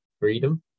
freedom